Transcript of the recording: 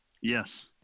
Yes